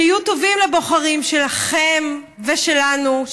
שיהיו טובים לבוחרים שלכם ושלנו,